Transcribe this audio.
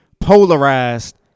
polarized